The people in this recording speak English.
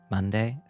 Monday